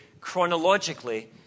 chronologically